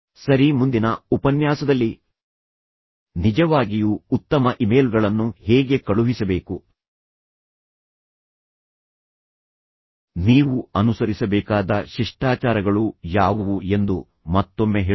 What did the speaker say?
ಸರಿ ಮುಂದಿನ ಉಪನ್ಯಾಸದಲ್ಲಿ ನಿಜವಾಗಿಯೂ ಉತ್ತಮ ಇಮೇಲ್ಗಳನ್ನು ಹೇಗೆ ಕಳುಹಿಸಬೇಕು ನೀವು ಅನುಸರಿಸಬೇಕಾದ ಶಿಷ್ಟಾಚಾರಗಳು ಯಾವುವು ಎಂದು ಮತ್ತೊಮ್ಮೆ ಹೇಳುತ್ತೇನೆ